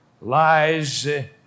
lies